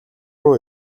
руу